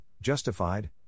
justified